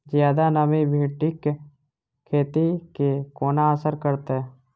जियादा नमी भिंडीक खेती केँ कोना असर करतै?